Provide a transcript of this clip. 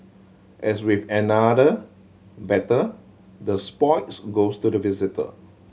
as with any other battle the spoils goes to the victor